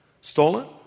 stolen